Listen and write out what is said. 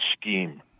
scheme